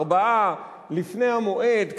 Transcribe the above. ארבעה לפני המועד,